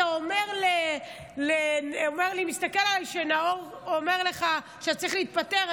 אתה מסתכל עליי כשנאור אומר לך שאתה צריך להתפטר,